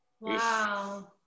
Wow